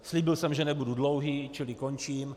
Slíbil jsem, že nebudu dlouhý, čili končím.